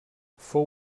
fou